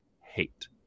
hate